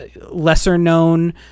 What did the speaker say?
lesser-known